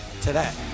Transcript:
today